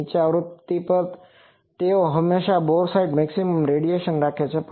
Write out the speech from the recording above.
નીચી આવૃત્તિ પર તેઓ હંમેશા બોર સાઈટ મહત્તમ રેડિયેશન રાખે છે